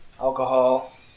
alcohol